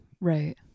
Right